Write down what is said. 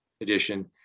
edition